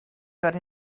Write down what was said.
but